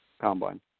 Combine